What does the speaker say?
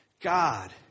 God